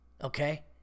okay